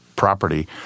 property